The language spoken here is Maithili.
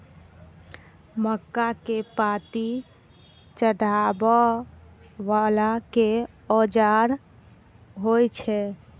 मक्का केँ पांति चढ़ाबा वला केँ औजार होइ छैय?